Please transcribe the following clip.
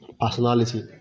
personality